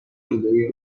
جلوی